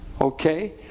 Okay